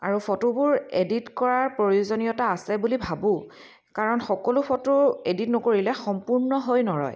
আৰু ফটোবোৰ এডিট কৰাৰ প্ৰয়োজনীয়তা আছে বুলি ভাবোঁ কাৰণ সকলো ফটো এডিট নকৰিলে সম্পূৰ্ণ হৈ নৰয়